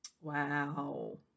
Wow